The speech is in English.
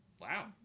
Wow